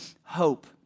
hope